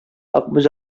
акбүз